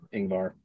Ingvar